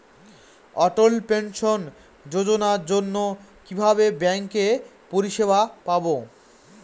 অটল pension যোজনার জন্য কিভাবে ব্যাঙ্কে পরিষেবা পাবো?